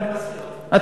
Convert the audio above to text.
אני מסכים.